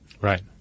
Right